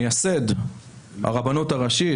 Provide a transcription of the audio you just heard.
מייסד הרבנות הראשית,